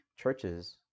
churches